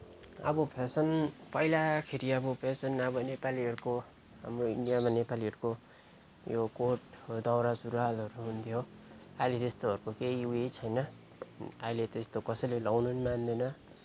अब फेसन पहिलाखेरि अब फेसन अब नेपालीहरूको हाम्रो इन्डियामा नेपालीहरूको यो कोट दौरा सुरूवालहरू हुन्थ्यो अहिले चाहिँ यस्तोहरूको केही उयै छैन अहिले त यस्तो कसैले लाउन पनि मान्दैन